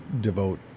devote